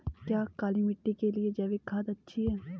क्या काली मिट्टी के लिए जैविक खाद अच्छी है?